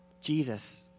Jesus